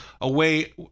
away